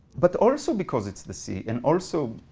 but also because it's the sea, and also